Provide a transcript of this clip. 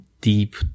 deep